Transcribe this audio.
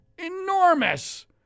Enormous